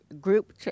group